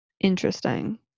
Interesting